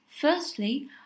firstly